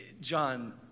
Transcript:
John